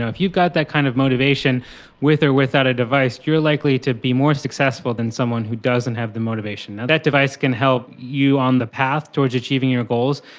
if you've got that kind of motivation with or without a device, you are likely to be more successful than someone who doesn't have the motivation. that device can help you on the path towards achieving your goals,